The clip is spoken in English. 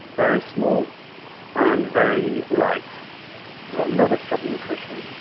very small and very light, so a lot of sub-nutrition.